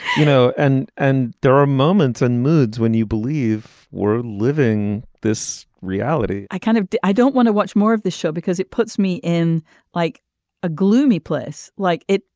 you know and and there are moments and moods when you believe we're living this reality i kind of i don't want to watch more of the show because it puts me in like a gloomy place like it.